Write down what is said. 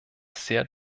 sehr